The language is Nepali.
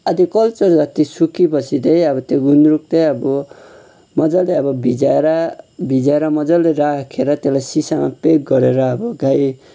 आधाकल्चो जति सुकेपछि चाहिँ अब त्यो गुन्द्रुक चाहिँ अब मजाले अब भिजाएर भिजाएर मजाले राखेर त्यसलाई सिसामा प्याक गरेर अब गाई